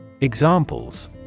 Examples